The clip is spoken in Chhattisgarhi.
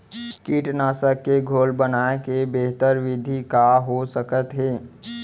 कीटनाशक के घोल बनाए के बेहतर विधि का हो सकत हे?